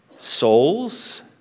souls